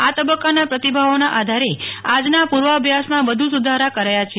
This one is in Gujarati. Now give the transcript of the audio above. આ તબકકાના પ્રતિભાવોના આધારે આજના પુર્વાભ્યાસમાં વધુ સુધારા કરાયા છે